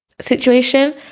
situation